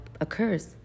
occurs